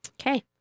Okay